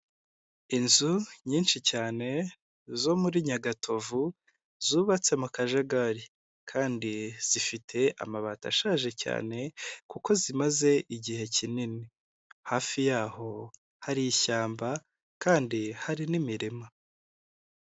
Inzu nyinshi cyane zo muri nyagavu zubatse mu kajagari kandi zifite amabati ashaje cyane, kuko zimaze igihe kinini, hafi yaho hari ishyamba kandi hari n'imirima.